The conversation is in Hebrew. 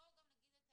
בואו נגיד את האמת.